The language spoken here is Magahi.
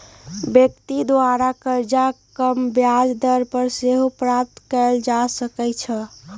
व्यक्ति द्वारा करजा कम ब्याज दर पर सेहो प्राप्त कएल जा सकइ छै